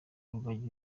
rugagi